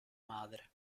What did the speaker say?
madre